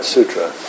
Sutra